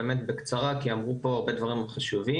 באמת בקצרה כי אמרו פה הרבה דברים חשובים.